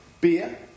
beer